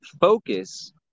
focus